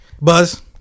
Buzz